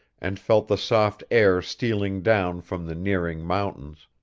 and felt the soft air stealing down from the nearing mountains,